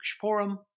Forum